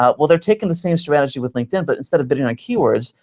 ah well, they're taking the same strategy with linkedin, but instead of bidding on keywords,